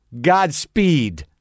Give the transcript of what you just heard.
Godspeed